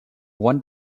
won